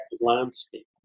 landscape